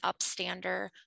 upstander